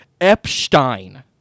epstein